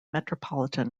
metropolitan